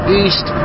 east